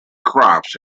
crops